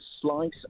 slice